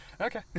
okay